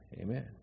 Amen